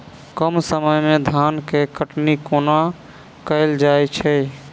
कम समय मे धान केँ कटनी कोना कैल जाय छै?